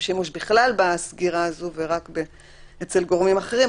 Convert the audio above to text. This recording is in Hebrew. שימוש בכלל בסגירה הזו ורק אצל גורמים אחרים,